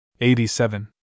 Eighty-seven